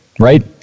Right